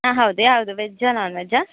ಹಾಂ ಹೌದು ಯಾವುದು ವೆಜ್ಜಾ ನಾನ್ ವೆಜ್ಜಾ